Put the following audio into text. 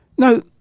Now